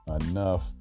enough